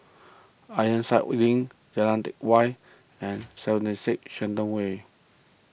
Ironside Link Jalan Teck Whye and seventy six Shenton Way